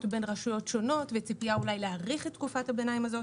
בין רשויות שונות ואולי ציפייה להאריך את תקופת הביניים הזאת.